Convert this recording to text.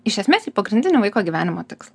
iš esmės į pagrindinį vaiko gyvenimo tikslą